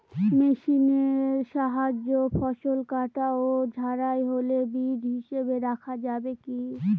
মেশিনের সাহায্যে ফসল কাটা ও ঝাড়াই হলে বীজ হিসাবে রাখা যাবে কি?